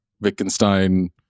Wittgenstein